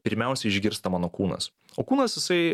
pirmiausia išgirsta mano kūnas o kūnas jisai